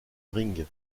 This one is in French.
ring